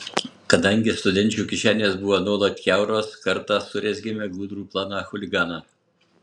kadangi studenčių kišenės buvo nuolat kiauros kartą surezgėme gudrų planą chuliganą